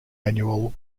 annual